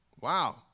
Wow